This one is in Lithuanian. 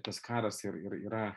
tas karas ir ir yra